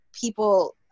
people